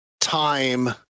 time